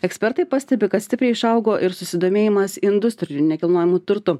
ekspertai pastebi kad stipriai išaugo ir susidomėjimas industriniu nekilnojamu turtu